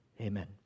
amen